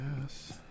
Yes